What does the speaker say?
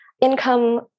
income